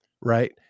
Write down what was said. Right